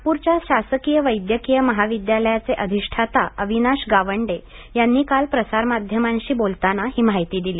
नागपूरच्या शासकीय वैद्यकीय महाविद्यालयाचे अधिष्ठाता अविनाश गावंडे यांनी काल प्रसारमाध्यमांशी बोलतांना ही माहिती दिली